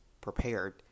prepared